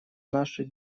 наши